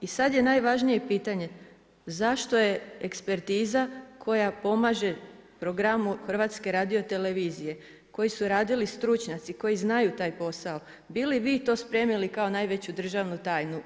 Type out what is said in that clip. I sad je najvažnije pitanje, zašto je ekspertiza koja pomaže programu Hrvatske radiotelevizije, koju su radili stručnjaci, koji znaju taj posao, bi li vi to spremili kao najveću državnu tajnu?